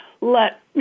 Let